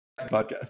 podcast